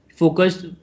focused